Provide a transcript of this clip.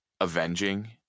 avenging